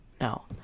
No